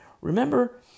Remember